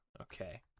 okay